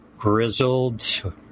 Grizzled